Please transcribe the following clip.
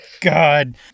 God